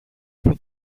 από